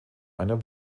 einer